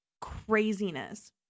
craziness